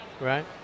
Right